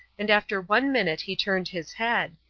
and after one minute he turned his head.